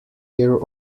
year